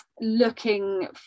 looking